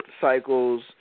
cycles